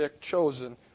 chosen